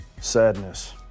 sadness